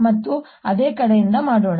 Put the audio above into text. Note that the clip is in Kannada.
ಮತ್ತೆ ಅದೇ ಕಡೆಯಿಂದ ಮಾಡೋಣ